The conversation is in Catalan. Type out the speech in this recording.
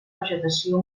vegetació